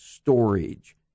storage